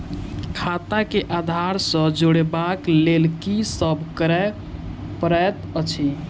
खाता केँ आधार सँ जोड़ेबाक लेल की सब करै पड़तै अछि?